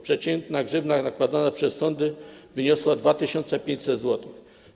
Przeciętna grzywna nakładana przez sądy wyniosła 2500 zł.